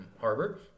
harbor